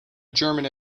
german